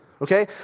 Okay